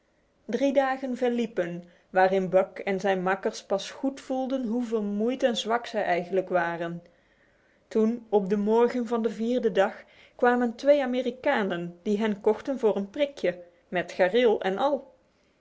drie dagen verliepen waarin buck en zijn makkers pas goed voelden hoe vermoeid en zwak zij eigenlijk waren toen op de morgen van de vierde dag kwamen twee amerikanen die hem kochten voor een prikje met gareel en al